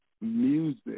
Music